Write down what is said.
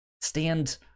stand